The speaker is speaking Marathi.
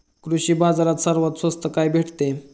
कृषी बाजारात सर्वात स्वस्त काय भेटते?